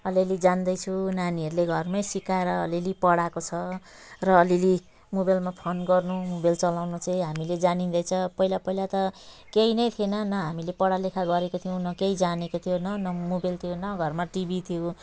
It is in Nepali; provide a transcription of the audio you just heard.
अलिअलि जान्दैछु नानीहरूले घरमै सिकाएर अलिअलि पढाएको छ र अलिअलि मोबाइलमा फोन गर्नु मोबाइल चलाउन चाहिँ हामीले जानिँदैछ पहिला पहिला त केही नै थिएन न हामीले पढालेखा गरेको थियौँ न केही जानेको थियौँ न मोबाइल थियो न घरमा टिभी थियो